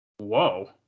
Whoa